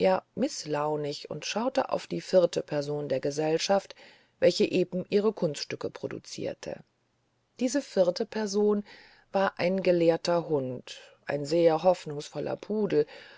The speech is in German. mißlaunig und schaute auf die vierte person der gesellschaft welche eben ihre kunststücke produzierte diese vierte person war ein gelehrter hund ein sehr hoffnungsvoller pudel